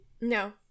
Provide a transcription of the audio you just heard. No